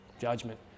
judgment